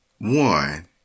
one